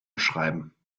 schreiben